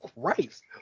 Christ